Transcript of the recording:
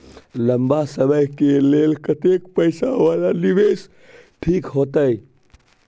लंबा समय के लेल कतेक पैसा वाला निवेश ठीक होते?